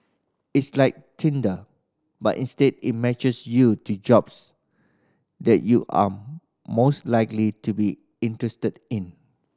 it's like Tinder but instead it matches you to jobs that you are most likely to be interested in